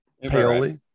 Paoli